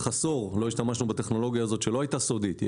עשור לא השתמשנו בטכנולוגיה הזאת שלא הייתה סודית אלא